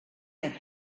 have